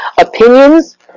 opinions